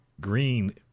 green